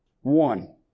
One